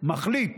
מחליט